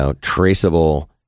traceable